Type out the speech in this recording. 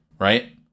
right